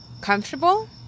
comfortable